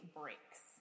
breaks